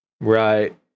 Right